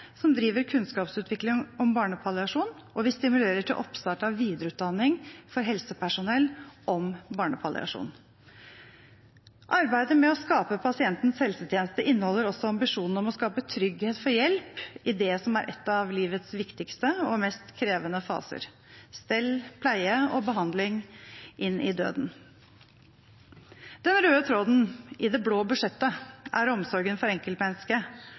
som driver kunnskapsutvikling om barnepalliasjon, og vi stimulerer til oppstart av videreutdanning for helsepersonell om barnepalliasjon. Arbeidet med å skape pasientens helsetjeneste inneholder også ambisjonen om å skape trygghet for hjelp i det som er en av livets viktigste og mest krevende faser – stell, pleie og behandling inn i døden. Den røde tråden i det blå budsjettet er omsorgen for